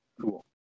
Cool